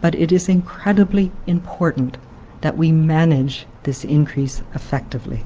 but it is incredibly important that we manage this increase effectively.